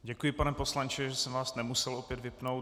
Děkuji, pane poslanče, že jsem vás nemusel opět vypnout.